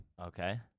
Okay